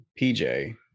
PJ